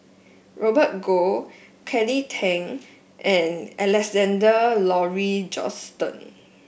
Robert Goh Kelly Tang and Alexander Laurie Johnston